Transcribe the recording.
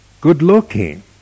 good-looking